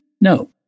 No